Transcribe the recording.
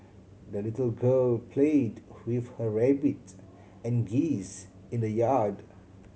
the little girl played with her rabbit and geese in the yard